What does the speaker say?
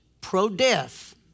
pro-death